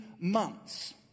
months